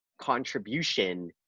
contribution